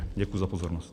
Děkuji za pozornost.